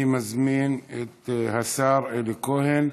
אני מזמין את השר אלי כהן.